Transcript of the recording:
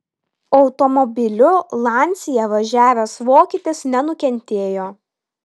automobiliu lancia važiavęs vokietis nenukentėjo